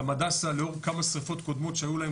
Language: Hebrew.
גם הדסה לאור כמה שר יפות קודמות שהיו להם